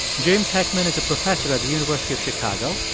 james heckman is a professor at the university of chicago.